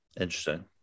Interesting